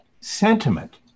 sentiment